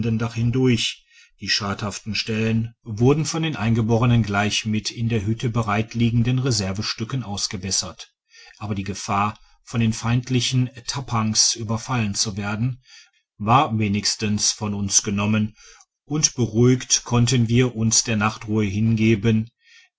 hindurch die schadhaften stellen digitized by google wurden von den eingeborenen gleich mit in der hütte bereitliegenden reservestticken ausgebessert aber die gefahr von den feindlichen tappangs tiberfallen zu werden war wenigstem von uns genommen und beruhigt konnten wir uns der nachtruhe hingeben